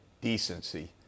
decency